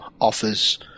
offers